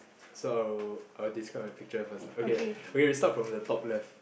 so I'll I'll describe my picture first okay okay we start from the top left